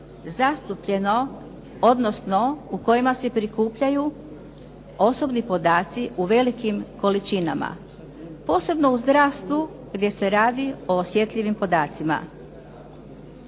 zastupljeno, odnosno u kojima se prikupljaju osobni podaci u velikim količinama, posebno u zdravstvu gdje se radi o osjetljivim podacima.